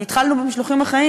אנחנו התחלנו במשלוחים החיים,